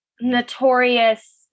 notorious